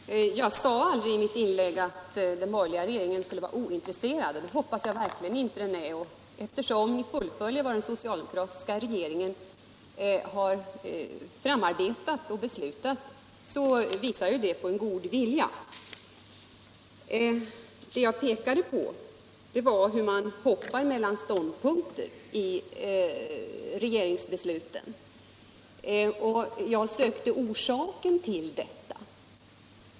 Herr talman! Jag sade aldrig i mitt inlägg att den borgerliga regeringen skulle vara ointresserad av dessa frågor, och det hoppas jag verkligen inte att den är. Att ni fullföljer vad den socialdemokratiska regeringen har framarbetat och beslutat visar ju på en god vilja. Det jag pekade på var hur ni hoppar mellan ståndpunkter i regeringsbesluten, och jag sökte orsaken till detta.